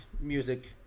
music